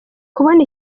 kubona